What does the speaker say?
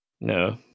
No